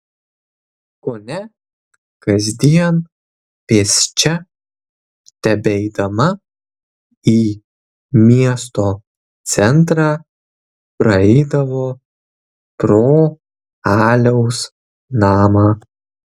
kone kasdien pėsčia tebeidama į miesto centrą praeidavo pro aliaus namą